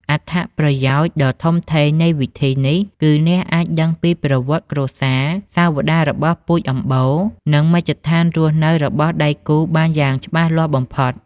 អត្ថប្រយោជន៍ដ៏ធំធេងនៃវិធីនេះគឺអ្នកអាចដឹងពីប្រវត្តិគ្រួសារ សាវតារបស់ពូជអម្បូរ និងមជ្ឈដ្ឋានរស់នៅរបស់ដៃគូបានយ៉ាងច្បាស់លាស់បំផុត។